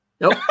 Nope